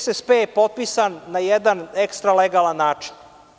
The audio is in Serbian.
SSP je potpisan na jedan ekstra legalan način.